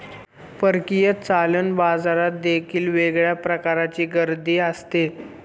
परकीय चलन बाजारात देखील वेगळ्या प्रकारची गर्दी असते